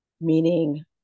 Meaning